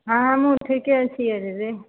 हँ हमहूँ ठीके छियै दीदी